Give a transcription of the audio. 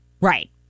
Right